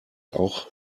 auch